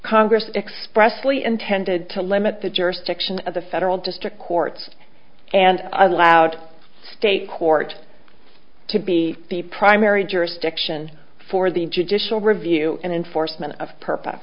congress expressly intended to limit the jurisdiction of the federal district courts and allowed state court to be the primary jurisdiction for the judicial review and enforcement of purpose